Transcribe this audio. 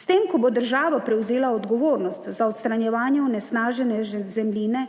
S tem, ko bo država prevzela odgovornost za odstranjevanje onesnažene zemljine,